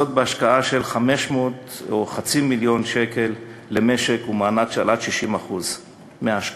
בהשקעה של חצי מיליון שקל למשק ומענק של עד 60% מההשקעה.